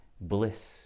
bliss